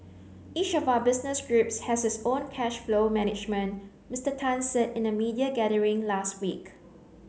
each of our business groups has its own cash flow management Mister Tan said in a media gathering last week